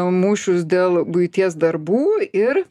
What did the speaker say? mūšius dėl buities darbų ir